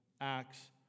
Acts